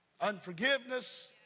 unforgiveness